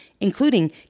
including